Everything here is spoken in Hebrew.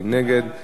מי נגד?